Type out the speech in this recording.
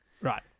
Right